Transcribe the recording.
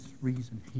reason